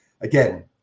Again